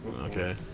Okay